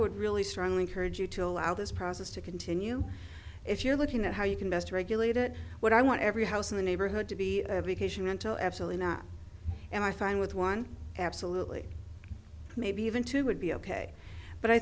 would really strongly encourage you to allow this process to continue if you're looking at how you can best regulate it what i want every house in the neighborhood to be a vacation until absolutely not and i fine with one absolutely maybe even two would be ok but i